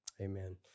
amen